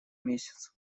месяц